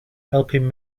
helping